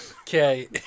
Okay